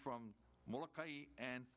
from and